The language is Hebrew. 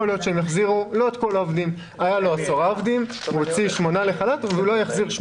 יכול להיות שהם יחזירו חלק מהעובדים לחל"ת ויחזירו רק חלק מהם לעבוד